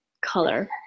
color